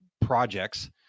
projects